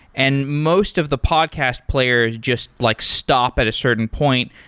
and most of the podcast players just like stop at a certain point.